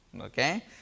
Okay